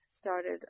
started